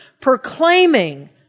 proclaiming